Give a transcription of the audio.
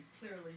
clearly